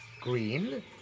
Green